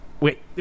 Wait